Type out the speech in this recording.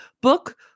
book